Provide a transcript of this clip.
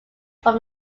from